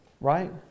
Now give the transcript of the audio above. right